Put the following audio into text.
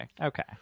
okay